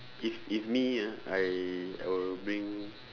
if if me ah I I will bring